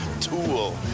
tool